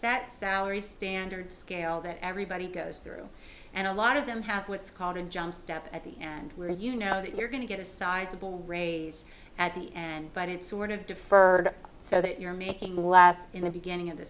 sat salary standard scale that everybody goes through and a lot of them have what's called a jump step at the end where you know that you're going to get a sizable raise at the end but it's sort of deferred so that you're making less in the beginning of the